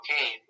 okay